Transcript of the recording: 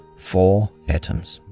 four atoms.